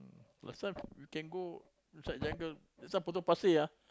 got some you can go inside jungle inside Potong Pasir ah